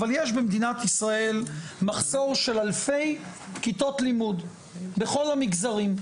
אבל יש במדינת ישראל מחסור של אלפי כיתות לימוד בכל המגזרים,